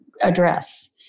address